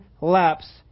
laps